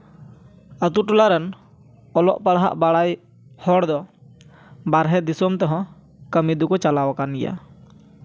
ᱟᱛᱳ ᱴᱚᱞᱟ ᱨᱮᱱ ᱚᱞᱚᱜ ᱯᱟᱲᱦᱟᱜ ᱵᱟᱲᱟᱭ ᱦᱚᱲ ᱫᱚ ᱵᱟᱦᱨᱮ ᱫᱤᱥᱚᱢ ᱛᱮᱦᱚᱸ ᱠᱟᱹᱢᱤ ᱫᱚᱠᱚ ᱪᱟᱞᱟᱣ ᱟᱠᱟᱱ ᱜᱮᱭᱟ